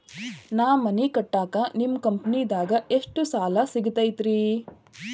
ನಾ ಮನಿ ಕಟ್ಟಾಕ ನಿಮ್ಮ ಕಂಪನಿದಾಗ ಎಷ್ಟ ಸಾಲ ಸಿಗತೈತ್ರಿ?